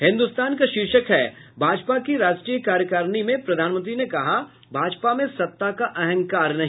हिन्दुस्तान का शीर्षक है भाजपा की राष्ट्रीय कार्यकारिणी में प्रधानमंत्री ने कहा भापजा में सत्ता का अहंकार नहीं